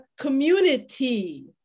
community